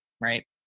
right